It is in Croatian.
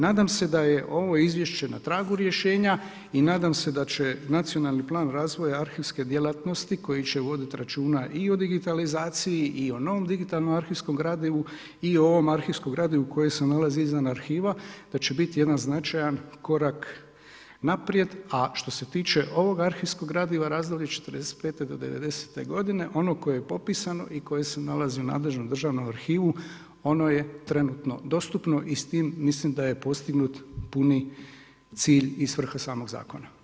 Nadam se da je ovo izvješće na tragu rješenja i nadam se da će nacionalni plan razvoja arhivske djelatnosti koji će vodit računa i o digitalizaciji i o novom digitalnom arhivskom gradivu i o ovom arhivskom gradivu koje se nalazi izvan arhiva, da će biti jedan značajan korak naprijed, a što se tiče ovog arhivskog gradiva razdoblje '45. do '90.-te godine ono koje je popisano i koje se nalazi u nadležnom Državnom arhivu ono je trenutno dostupno i s tim mislim da je postignut puni cilj i svrha samog zakona.